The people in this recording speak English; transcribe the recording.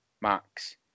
max